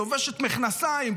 לובשת מכנסיים,